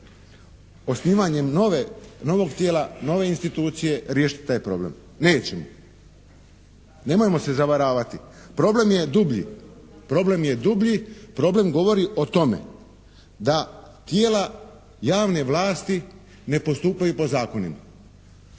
osnivanjem nove, novog tijela, nove institucije riješiti taj problem? Nećemo. Nemojmo se zavaravati. Problem je dublji, problem govori o tome da tijela javne vlasti ne postupaju po zakonima.